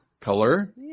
color